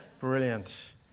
Brilliant